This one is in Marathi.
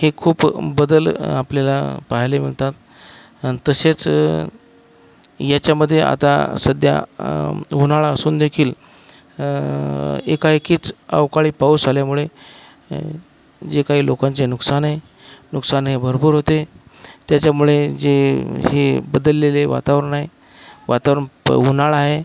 हे खूप बदल आपल्याला पहायला मिळतात आणि तसेच याच्यामध्ये आता सध्या उन्हाळा असून देखील एकाएकीच अवकाळी पाऊस आल्यामुळे जे काही लोकांचे नुकसान आहे नुकसानही भरपूर होते त्याच्यामुळे जे हे बदललेले वातावरण आहे वातावरण उन्हाळा आहे